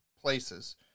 places